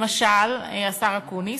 למשל, השר אקוניס,